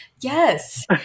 yes